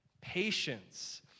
Patience